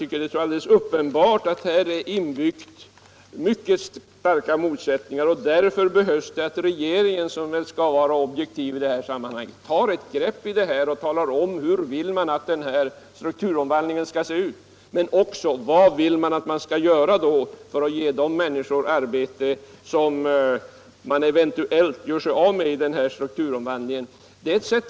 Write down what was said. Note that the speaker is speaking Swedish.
Jag tror att det alldeles uppenbart att mycket starka motsättningar är inbyggda här, och därför behövs det att regeringen — som väl skall vara objektiv i det här sammanhanget — tar ett grepp om saken och talar om, hur den vill att strukturomvandlingen skall se ut och vad den vill att man skall göra för att ge de människor arbete som eventuellt drabbas av strukturomvandlingen.